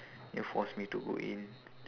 you force me to go in